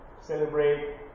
celebrate